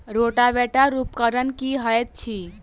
Rotavator उपकरण की हएत अछि?